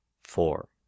four